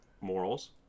morals